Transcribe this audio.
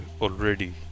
already